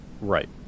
right